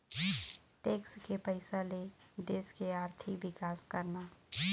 tax के पइसा ले देश के आरथिक बिकास करना